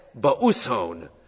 ba'ushon